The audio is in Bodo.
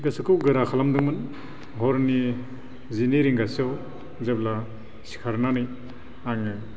गोसोखौ गोरा खालामदोंमोन हरनि जिनै रिंगासोआव जेब्ला सिखारनानै आङो